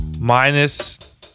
minus